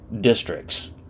districts